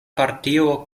partio